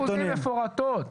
72% מפורטות.